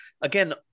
again